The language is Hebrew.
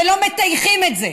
ולא מטייחים את זה,